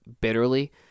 bitterly